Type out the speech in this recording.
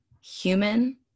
human